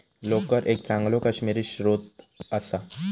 लोकर एक चांगलो काश्मिरी स्त्रोत असा